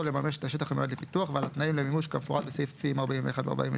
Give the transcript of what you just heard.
לממש את השטח המיועד לפיתוח ועל התנאים למימוש כמפורט בסעיפים 41 ו-42,